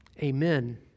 amen